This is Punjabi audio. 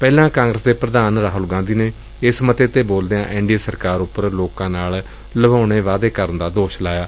ਪਹਿਲਾਂ ਕਾਂਗਰਸ ਦੇ ਪ੍ਰਧਾਨ ਰਾਹੁਲ ਗਾਂਧੀ ਨੇ ਇਸ ਮਤੇ ਤੇ ਬੋਲਦਿਆਂ ਐਨ ਡੀ ਏ ਸਰਕਾਰ ਉਪਰ ਲੋਕਾਂ ਨਾਲ ਲੁਭਾਉਣੇ ਵਾਅਦੇ ਕਰਨ ਦਾ ਦੋਸ਼ ਲਾਇਆ